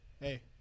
hey